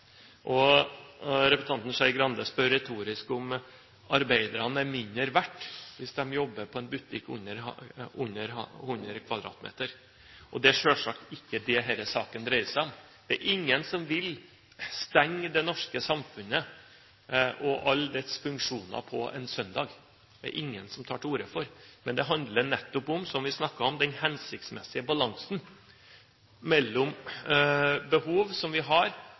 Representanten Skei Grande spør retorisk om arbeiderne er mindre verdt hvis de jobber i en butikk under 100 m2. Det er selvsagt ikke det denne saken dreier seg om. Det er ingen som vil stenge det norske samfunnet og alle dets funksjoner på en søndag – det er det ingen som tar til orde for. Men det handler nettopp om – som vi snakket om – den hensiktsmessige balansen mellom behov som vi har,